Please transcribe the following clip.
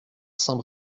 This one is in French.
saint